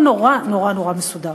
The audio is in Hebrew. הכול נורא נורא נורא מסודר.